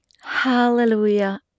Hallelujah